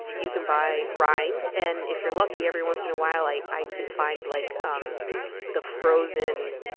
you can buy rind. and if you're lucky, every once in awhile i i can find like um the frozen,